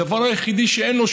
הדבר היחיד שאין לו,